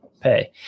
pay